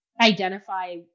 identify